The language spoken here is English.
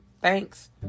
thanks